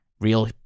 real